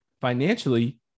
financially